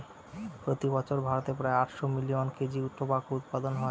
প্রতি বছর ভারতে প্রায় আটশো মিলিয়ন কেজি টোবাকো উৎপাদন হয়